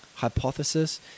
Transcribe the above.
hypothesis